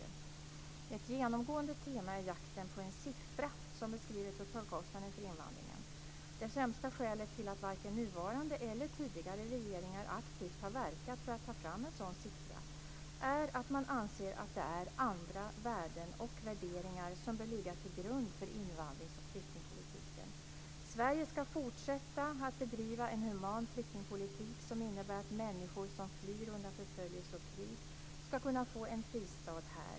Ett genomgående tema är jakten på en siffra som beskriver totalkostnaden för invandringen. Det främsta skälet till att varken nuvarande eller tidigare regeringar aktivt har verkat för att ta fram en sådan siffra är att man anser att det är andra värden och värderingar som bör ligga till grund för invandringsoch flyktingpolitiken. Sverige ska fortsätta att bedriva en human flyktingpolitik som innebär att människor som flyr undan förföljelse och krig ska kunna få en fristad här.